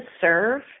serve